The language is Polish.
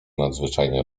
nadzwyczajnie